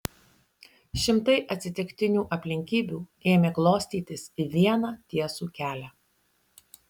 šimtai atsitiktinių aplinkybių ėmė klostytis į vieną tiesų kelią